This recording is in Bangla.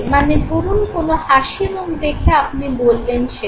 মানে ধরুন কোন হাসিমুখ দেখে আপনি বললেন সেটা